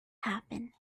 happen